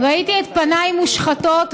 ראיתי את פניי מושחתות,